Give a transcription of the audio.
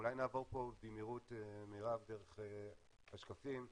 נעבור דרך השקפים במהירות,